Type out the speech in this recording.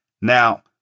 Now